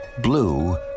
blue